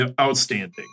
outstanding